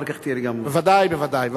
אחר כך תהיה לי גם, בוודאי, בוודאי.